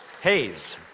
Hayes